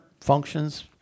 functions